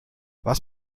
was